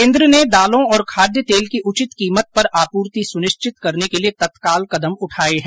केन्द्र ने दालों और खाद्य तेल की उचित कीमत पर आपूर्ति सुनिश्चित करने के लिए तत्काल कदम उठाये हैं